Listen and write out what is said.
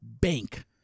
bank